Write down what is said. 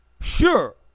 Sure